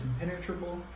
impenetrable